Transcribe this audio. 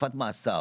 תקופת מאסר,